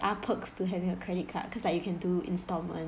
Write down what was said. are perks to having a credit card cause like you can do installment